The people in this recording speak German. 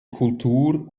kultur